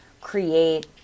create